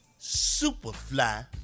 Superfly